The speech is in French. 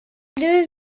elle